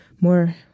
more